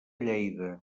lleida